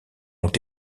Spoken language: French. ont